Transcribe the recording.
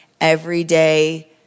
everyday